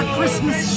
Christmas